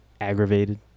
aggravated